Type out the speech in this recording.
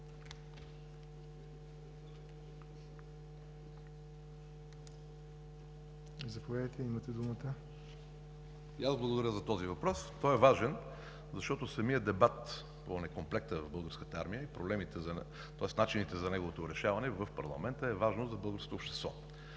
КРАСИМИР КАРАКАЧАНОВ: И аз благодаря за този въпрос. Той е важен, защото самият дебат по некомплекта в българската армия, тоест начините за неговото решаване в парламента е важно за българското общество.